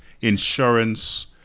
insurance